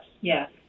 Yes